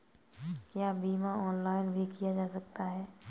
क्या बीमा ऑनलाइन भी किया जा सकता है?